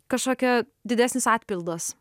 kažkokia didesnis atpildas